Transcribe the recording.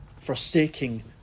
forsaking